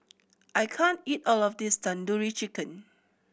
I can't eat all of this Tandoori Chicken